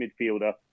midfielder